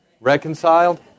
Reconciled